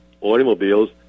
automobiles